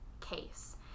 case